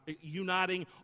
uniting